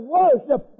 worship